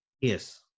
Yes